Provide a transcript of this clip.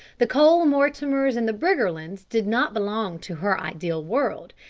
the cole-mortimers and the briggerlands did not belong to her ideal world,